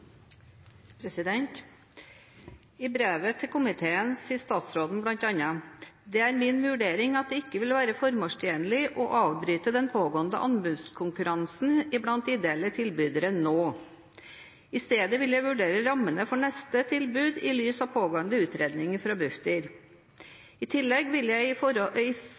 brevet til komiteen sier statsråden bl.a.: «Det er min vurdering at det ikke vil være formålstjenlig å avbryte den pågående konkurransen blant ideelle tilbydere nå.» Videre: «I stedet vil jeg vurdere rammene for neste anbud i lys av pågående utredninger fra Bufdir . I tillegg vil jeg i